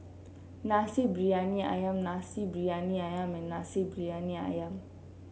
Nasi Briyani ayam Nasi Briyani ayam and Nasi Briyani ayam